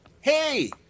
Hey